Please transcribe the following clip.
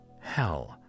hell